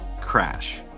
crash